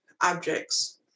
objects